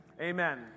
amen